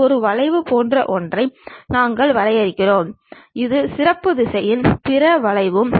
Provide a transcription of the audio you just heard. ஒருவேளை இது முன்பக்க தோற்றமாக இருந்தால் அது செங்குத்து தளத்தில் பெறப்படுகிறது